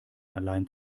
allein